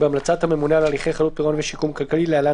בהמלצת הממונה על הליכי חדלות פירעון ושיקום כלכלי (להלן,